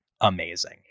amazing